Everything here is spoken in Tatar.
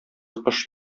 кош